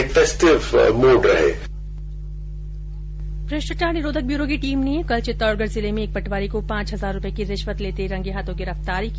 SB Rajyavardhan Rathore भ्रष्टाचार निरोधक bureau की टीम ने कल चित्तौडगढ जिले में एक पटवारी को पांच हजार रूपये की रिश्वत लेते रंगें हाथों गिरफ्तार किया